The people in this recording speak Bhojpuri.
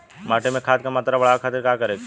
माटी में खाद क मात्रा बढ़ावे खातिर का करे के चाहीं?